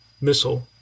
missile